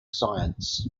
science